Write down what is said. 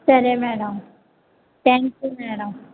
సరే madam thank you madam